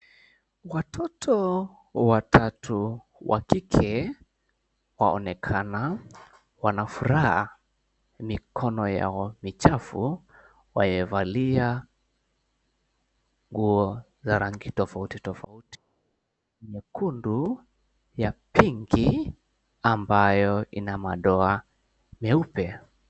Watoto watatu wa kike waonekana wana furaha, mikono yao michafu, wamevalia nguo za rangi tofauti tofauti nyekundu, ya pinki ambayo ina madoa meupe.